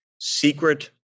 secret